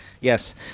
Yes